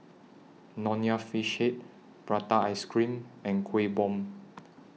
Nonya Fish Head Prata Ice Cream and Kueh Bom